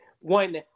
One